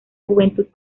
juventud